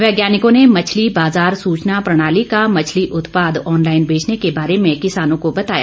वैज्ञानिकों ने मछली बाजार सूचना प्रणाली का मछली उत्पाद ऑनलाइन बेचने के बारे किसानों को बताया